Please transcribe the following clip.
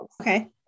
okay